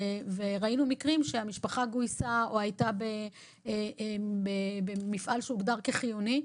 ראינו מקרים שהמשפחה גויסה או הייתה במפעל שהוגדר כחיוני,